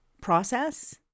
process